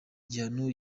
gihano